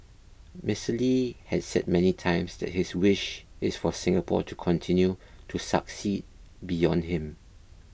Mister Lee had said many times that his wish is for Singapore to continue to succeed beyond him